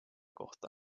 kohta